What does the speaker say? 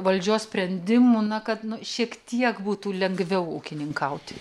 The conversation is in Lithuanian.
valdžios sprendimų na kad nu šiek tiek būtų lengviau ūkininkauti